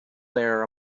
there